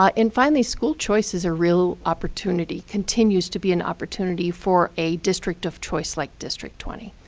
ah and finally, school choice is a real opportunity, continues to be an opportunity for a district of choice like district twenty.